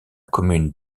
commune